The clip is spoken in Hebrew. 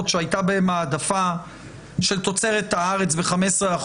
שהיתה בהן העדפה של תוצרת הארץ ב-15%,